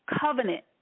covenant